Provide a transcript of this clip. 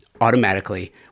automatically